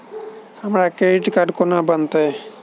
हमरा credit card कोना बनतै?